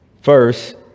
First